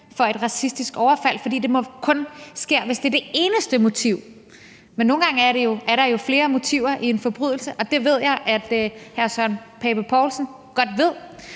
for et racistisk overfald, fordi det kun sker, hvis det er det eneste motiv, men nogle gange er der jo flere motiver ved en forbrydelse, og det ved jeg at hr. Søren Pape Poulsen godt ved.